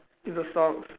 it's the socks